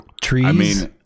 Trees